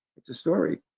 it's a story.